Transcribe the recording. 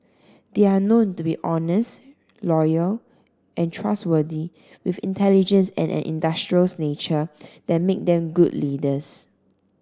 they are known to be honest loyal and trustworthy with intelligence and an industrious nature that make them good leaders